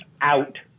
out